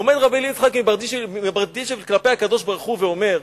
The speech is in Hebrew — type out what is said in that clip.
עומד רבי יצחק מברדיצ'ב כלפי הקדוש-ברוך-הוא ואומר: